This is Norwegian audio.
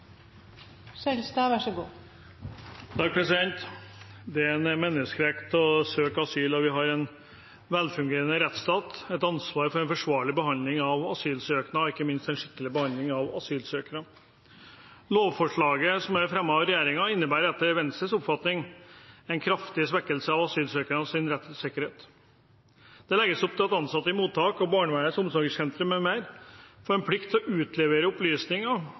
en menneskerett å søke asyl, og vi har en velfungerende rettsstat og et ansvar for en forsvarlig behandling av asylsøknader og ikke minst en skikkelig behandling av asylsøkere. Lovforslaget som er fremmet av regjeringen, innebærer etter Venstres oppfatning en kraftig svekkelse av asylsøkeres rett til sikkerhet. Det legges opp til at ansatte i mottak på barnevernets omsorgssentre m.m. får en plikt til å utlevere opplysninger